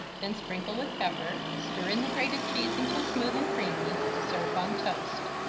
then sprinkle with pepper, stir in the grated cheese until smooth and creamy. serve on toast.